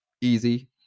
easy